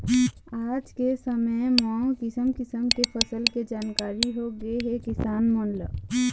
आज के समे म किसम किसम के फसल के जानकारी होगे हे किसान मन ल